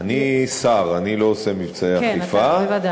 אני שר, אני לא עושה מבצעי אכיפה, כן, בוודאי.